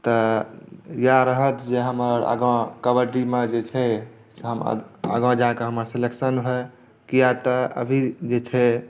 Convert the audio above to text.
तऽ इएह रहत जे हमर अगाँ कबड्डी मे जे छै से हम आगाँ जाकऽ हमर सेलेक्शन होय किया त अभी जे छै